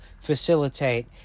facilitate